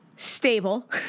Stable